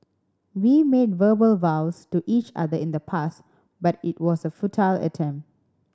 we made verbal vows to each other in the past but it was a futile attempt